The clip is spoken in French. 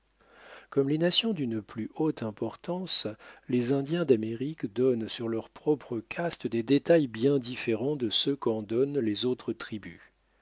comme les nations d'une plus haute importance les indiens d'amérique donnent sur leur propre caste des détails bien différents de ceux qu'en donnent les autres tribus